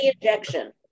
injection